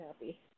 happy